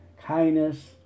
kindness